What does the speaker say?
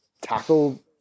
tackle